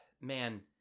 man